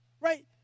right